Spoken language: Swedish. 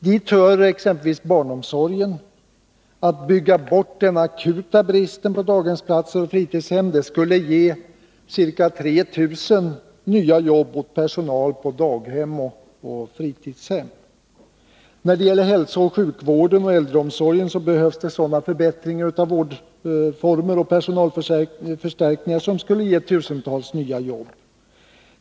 Dit hör exempelvis barnomsorgen, att bygga bort den akuta bristen på daghemsplatser och fritidshemsplatser. Det skulle ge ca 3 000 nya jobb åt personal på daghem och fritidshem. När det gäller hälsooch sjukvården samt äldreomsorgen behövs förbättringar av vårdformer och personalförstärkningar som skulle ge tusentals nya jobb.